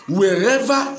wherever